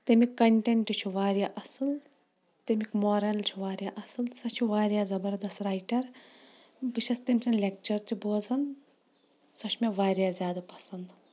تمیُک کنٹینٹ چھُ واریاہ اصل تمیُک مورل چھُ واریاہ اصل سۄ چھِ واریاہ زبردست رایٹر بہٕ چھس تٔمۍ سٕنٛدۍ لیکچر تہِ بوزان سۄ چھِ مےٚ واریاہ زیادٕ پسنٛد